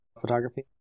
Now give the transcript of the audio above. photography